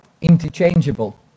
interchangeable